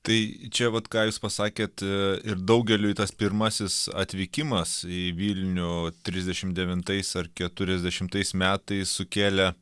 tai čia vat ką jūs pasakėt ir daugeliui tas pirmasis atvykimas į vilnių trisdešim devintais ar keturiasdešimais metais sukėlė